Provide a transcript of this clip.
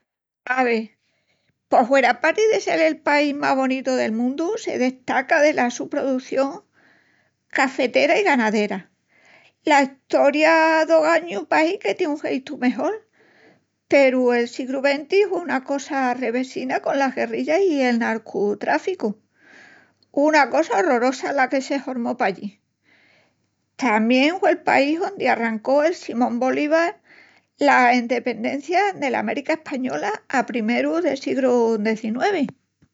Ave, pos hueraparti de sel el pais más bonitu del mundu, se destaca dela su produción cafetera i ganadera. La estoria d'ogañu pahi que tien un jeitu mejol peru el siegru XX hue una cosa revesina conas guerrillas i el narcutráficu. Una cosa orrorosa la que se hormó pallí. Tamién hue'l país ondi arrancó el Simón Bolívar la endependencia dela América española a primerus del siegru XIX.